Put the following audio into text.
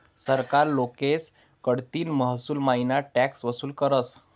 सरकार लोकेस कडतीन महसूलमईन टॅक्स वसूल करस